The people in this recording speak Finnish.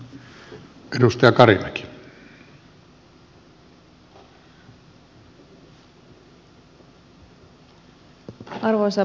arvoisa puhemies